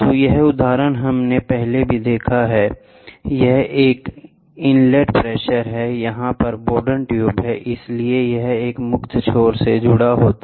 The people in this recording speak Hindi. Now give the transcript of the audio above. तो यह उदाहरण हमने पहले भी देखा था यह एक इनलेट प्रेशर है यहां एक बोरडॉन ट्यूब है इसलिए यह एक मुक्त छोर से जुड़ा होगा